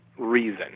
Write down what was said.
reason